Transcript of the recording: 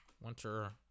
Winter